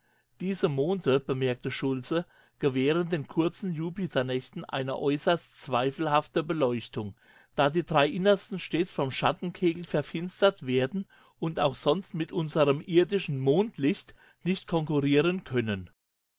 diese monde bemerkte schultze gewähren den kurzen jupiternächten eine äußerst zweifelhafte beleuchtung da die drei innersten stets vom schattenkegel verfinstert werden und auch sonst mit unsrem irdischen mondlicht nicht konkurrieren können